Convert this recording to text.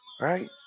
Right